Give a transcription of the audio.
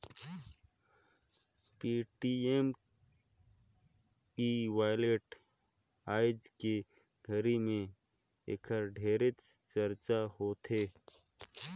Paytm e wallet आयज के घरी मे ऐखर ढेरे चरचा होवथे